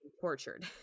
tortured